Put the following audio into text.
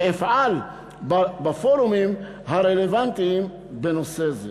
ואפעל בפורומים הרלוונטיים בנושא זה.